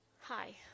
Hi